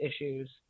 issues